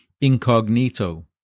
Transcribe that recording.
incognito